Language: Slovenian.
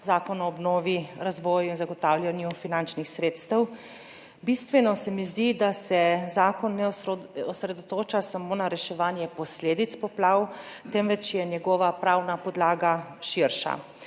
Zakon o obnovi, razvoju in zagotavljanju finančnih sredstev. Bistveno se mi zdi, da se zakon ne osredotoča samo na reševanje posledic poplav, temveč je njegova pravna podlaga širša.